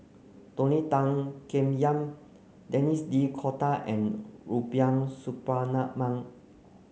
Tony Tan Keng Yam Denis D Cotta and Rubiah Suparman